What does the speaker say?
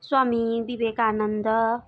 Swami Vivekananda